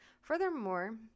Furthermore